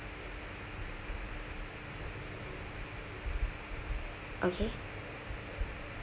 okay